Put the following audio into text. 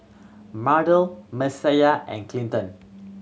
Mardell Messiah and Clinton